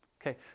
Okay